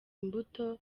imbuto